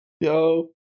Yo